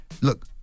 look